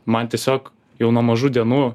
man tiesiog jau nuo mažų dienų